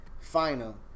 final